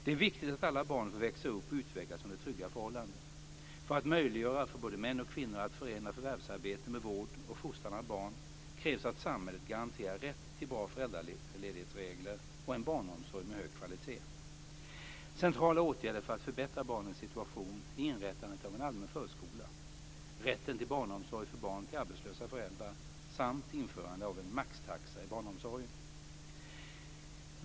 Det är viktigt att alla barn får växa upp och utvecklas under trygga förhållanden. För att möjliggöra för både män och kvinnor att förena förvärvsarbete med vård och fostran av barn krävs att samhället garanterar rätt till bra föräldraledighetsregler och en barnomsorg med hög kvalitet. Centrala åtgärder för att förbättra barnens situation är inrättandet av en allmän förskola, rätten till barnomsorg för barn till arbetslösa föräldrar, samt införande av en maxtaxa i barnomsorgen.